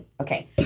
Okay